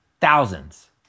Thousands